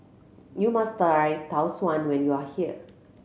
you must try Tau Suan when you are here